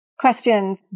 Question